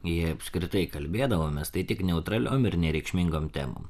jei apskritai kalbėdavomės tai tik neutraliom ir nereikšmingom temom